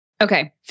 Okay